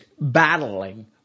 battling